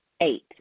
eight